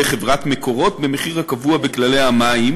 חברת "מקורות" במחיר הקבוע בכללי המים